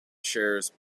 shares